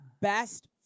best